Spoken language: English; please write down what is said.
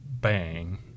bang